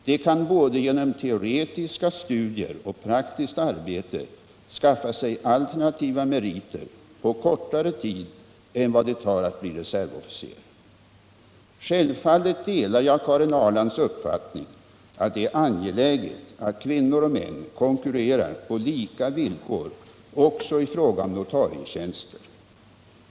De kan både genom teoretiska studier och praktiskt arbete skaffa sig alternativa meriter på kortare tid än vad det tar att bli reservofficer. Självfallet delar jag Karin Ahrlands uppfattning att det är angeläget att kvinnor och män konkurrerar på lika villkor också i fråga om notarietjänster.